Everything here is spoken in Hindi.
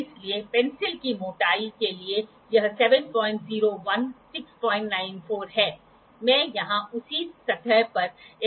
तो अब आप एक डायल गेज लगाएंगे इसे इधर उधर घुमाएंगे और फिर यह पता लगाने की कोशिश करेंगे कि यह ऊंचाई एंगल क्या है